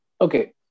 Okay